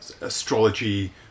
astrology